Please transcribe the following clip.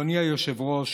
אדוני היושב-ראש,